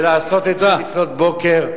ולעשות את זה לפנות בוקר?